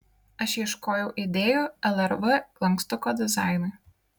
aš ieškojau idėjų lrv lankstuko dizainui